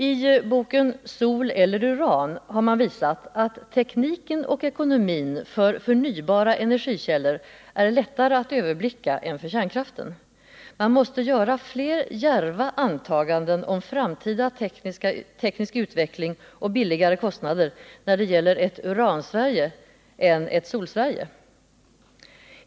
I boken Sol eller uran har man visat att tekniken och ekonomin för förnybara energikällor är lättare att överblicka än för kärnkraften. Man måste göra fler djärva antaganden om framtida teknisk utveckling och lägre kostnader när det gäller ett Uransverige än för ett Solsverige.